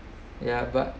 ya but